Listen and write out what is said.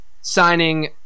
signing